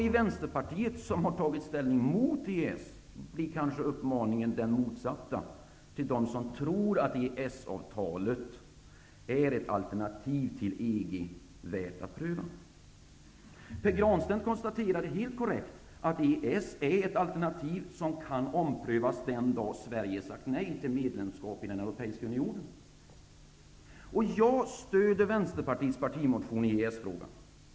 I Vänsterpartiet, som har tagit ställning mot EES, blir kanske uppmaning den motsatta till dem som tror att EES-avtalet är ett alternativ till EG värt att pröva. Pär Granstedt konstaterade helt korrekt ett EES är ett alternativ som kan omprövas den dag Sverige sagt nej till medlemskap i den europeiska unionen. Jag stöder Vänsterpartiets partimotion i EES frågan.